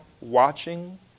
watching